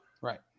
Right